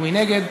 ומי נגד?